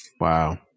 Wow